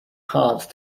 hard